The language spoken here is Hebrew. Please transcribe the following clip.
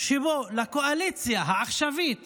שבו לקואליציה העכשווית